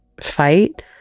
fight